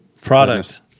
Product